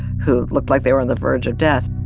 who looked like they were on the verge of death.